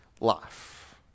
life